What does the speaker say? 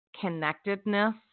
connectedness